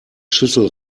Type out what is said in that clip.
schüssel